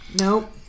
nope